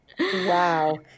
Wow